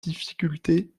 difficultés